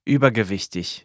Übergewichtig